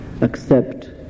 accept